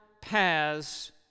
paths